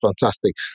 Fantastic